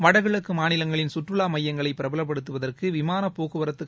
வடகிழக்கு மாநிலங்களின் சுற்றுவா மையங்களை பிரபலப்படுத்துவதற்கு விமான போக்குவரத்துக்